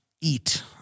eat